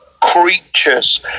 creatures